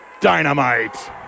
dynamite